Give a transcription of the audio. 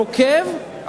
נוקב,